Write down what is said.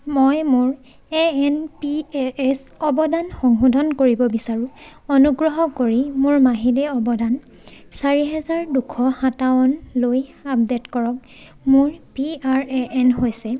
মই মোৰ N P S অৱদান সংশোধন কৰিব বিচাৰোঁ অনুগ্ৰহ কৰি মোৰ মাহিলী অৱদান চাৰি হাজাৰ দুশ সাতাৱন্নলৈ আপডেট কৰক মোৰ পি আৰ এ এন হৈছে